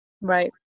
Right